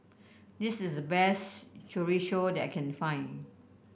this is the best Chorizo that I can find